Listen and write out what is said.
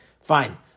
fine